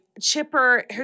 chipper